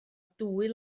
dwy